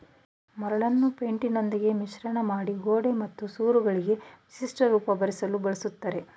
ಮರಳನ್ನು ಪೈಂಟಿನೊಂದಿಗೆ ಮಿಶ್ರಮಾಡಿ ಗೋಡೆ ಮತ್ತು ಸೂರುಗಳಿಗೆ ವಿಶಿಷ್ಟ ರೂಪ ಬರ್ಸಲು ಬಳುಸ್ತರೆ